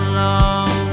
long